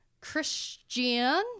Christian